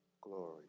Glory